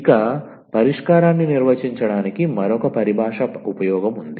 ఇక పరిష్కారాన్ని నిర్వచించడానికి మరొక పరిభాష ఉపయోగం ఉంది